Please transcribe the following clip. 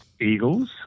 Eagles